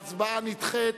ההצבעה נדחית.